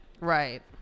right